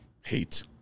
hate